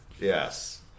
Yes